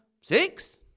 Six